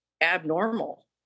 abnormal